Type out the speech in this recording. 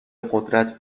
قدرت